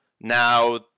Now